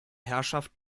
herrschaft